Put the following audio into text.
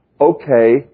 okay